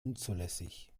unzulässig